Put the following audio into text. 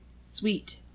Sweet